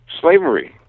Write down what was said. slavery